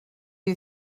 you